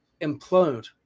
implode